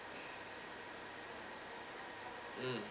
mm